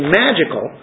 magical